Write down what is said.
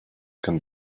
can